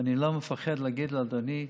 ואני לא מפחד להגיד, אדוני,